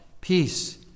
peace